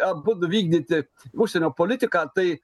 abudu vykdyti užsienio politiką tai